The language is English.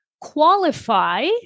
qualify